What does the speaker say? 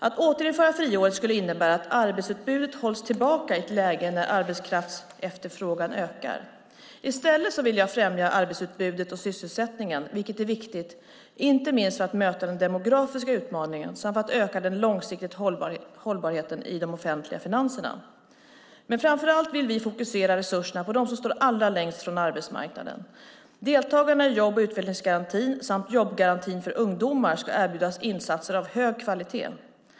Att återinföra friåret skulle innebära att arbetsutbudet hålls tillbaka i ett läge där arbetskraftsefterfrågan ökar. I stället vill jag främja arbetsutbudet och sysselsättningen, vilket är viktigt inte minst för att möta den demografiska utmaningen samt för att öka den långsiktiga hållbarheten i de offentliga finanserna. Men framför allt vill vi fokusera resurserna på dem som står allra längst från arbetsmarknaden. Deltagarna i jobb och utvecklingsgarantin samt jobbgarantin för ungdomar ska erbjudas insatser av hög kvalitet.